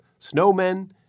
snowmen